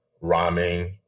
rhyming